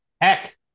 Heck